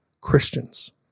Christians